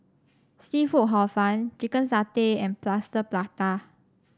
seafood Hor Fun Chicken Satay and Plaster Prata